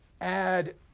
add